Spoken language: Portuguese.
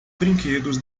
brinquedos